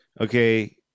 Okay